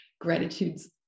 gratitude's